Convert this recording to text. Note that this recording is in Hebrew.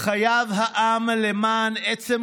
גם אם אנחנו לא מעבירים את ההצעה הזאת,